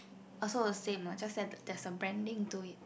also the same lah just that there's a branding to it